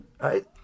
Right